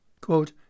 Quote